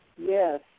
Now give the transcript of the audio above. Yes